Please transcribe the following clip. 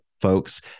folks